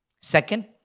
Second